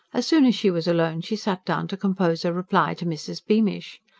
as soon as she was alone she sat down to compose a reply to mrs. beamish.